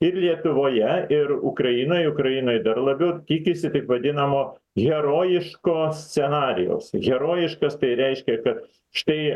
ir lietuvoje ir ukrainoj ukrainoj dar labiau tikisi taip vadinamo herojiško scenarijaus herojiškas tai reiškia kad štai